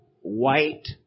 White